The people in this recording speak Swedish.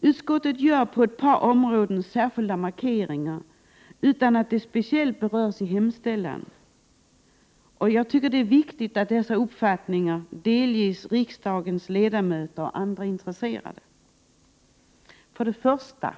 Utskottet gör på ett par områden särskilda markeringar utan att det speciellt berörs i hemställan. Det är viktigt att dessa uppfattningar delges riksdagens ledamöter och andra intresserade. För det första: